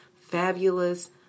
fabulous